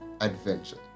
adventure